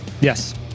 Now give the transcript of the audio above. Yes